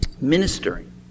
ministering